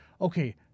okay